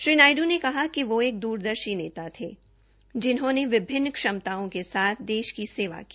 श्री नायडू ने कहा कि कहा कि वे एक दूरदर्शी नेता थे जिन्होंने विभिन्न क्षमताओं के साथ देश की सेवा की